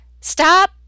stop